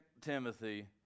Timothy